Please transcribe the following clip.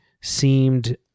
seemed